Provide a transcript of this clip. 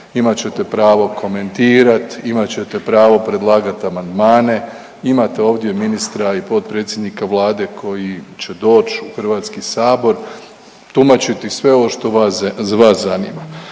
imat ćete pravo komentirat, imat ćete pravo predlagati amandmane. Imate ovdje ministra i potpredsjednika Vlade koji će doći u Hrvatski sabor tumačiti sve ovo što vas zanima.